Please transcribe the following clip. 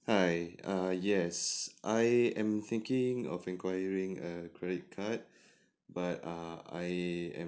hi err yes I am thinking of enquiring a credit card but err I am